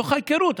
מתוך ההיכרות,